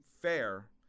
fair